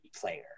player